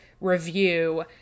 review